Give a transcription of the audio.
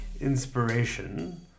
Inspiration